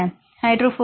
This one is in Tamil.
மாணவர் ஹைட்ரோபோபிக்